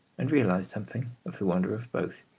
and realise something of the wonder of both,